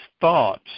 thoughts